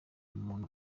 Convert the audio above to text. muntu